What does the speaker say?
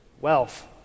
wealth